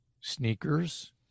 Sneakers